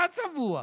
אתה צבוע.